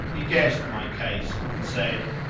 he guessed my case and said,